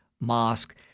mosque